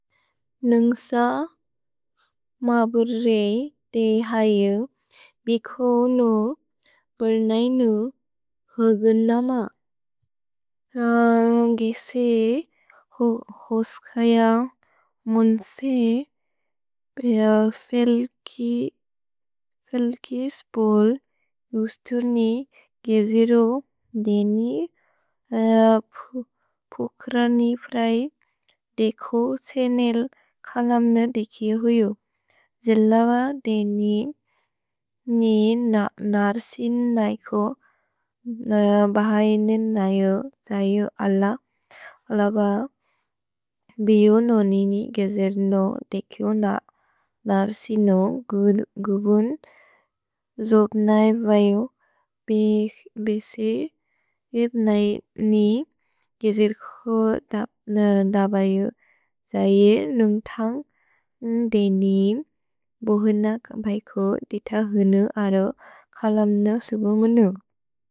अन्ग्स मबुर्रे ते हज् बिखोनु पुर्नैनु ह्ग्न् लम। अन्गिसे होस्कज मुन्से फेल्कि स्पोल् गुस्तुनि गेजिरु देनि पुक्रनि प्रए देखो सेनेल् कलम्ने देकि हुजु। एल्लव देनि नि नर्सिन इको बहज्नेन् नजो त्सजु अल। एल्लव बिओ नोनिनि गेजिर्नु देखो न्द नर्सिनो गुबुन्, जोप्नज्वजु बिक् बेसे इप्नज्नि गेजिर्कु दबजु त्सजे नुन्ग् थन्ग् देनि बोहुनक् बज्कु दित हुनु अरो कलम्ने सुबुमुनु।